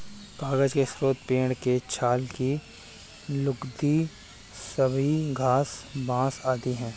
कागज के स्रोत पेड़ के छाल की लुगदी, सबई घास, बाँस आदि हैं